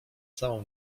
całą